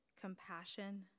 compassion